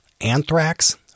Anthrax